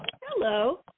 Hello